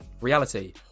Reality